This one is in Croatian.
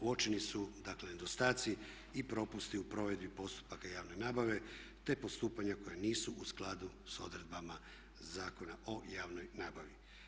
Uočeni su dakle nedostaci i propusti u provedbi postupaka javne nabave te postupanja koja nisu u skladu sa odredbama Zakona o javnoj nabavi.